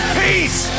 peace